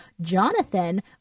Jonathan